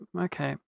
Okay